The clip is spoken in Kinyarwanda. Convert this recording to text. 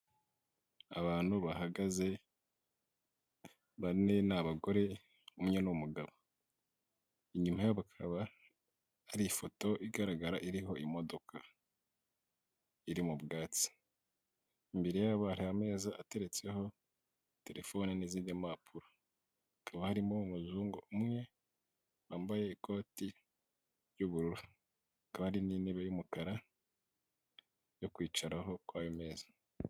Abantu bahagaze bane ni abagore, umwe ni umugabo. Inyuma yabo bakaba hari ifoto igaragara iriho imodoka. Iri mu bwatsi. Imbere yabo hari ameza ateretseho telefone n'izindi mpapuro. Hakaba harimo umuzungu umwe, wambaye ikoti ry'ubururu. Hakaba hari n'intebe y'umukara yo kwicaraho kuri ayo meza.